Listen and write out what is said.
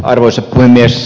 arvoisa puhemies